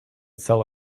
sell